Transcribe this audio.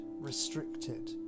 restricted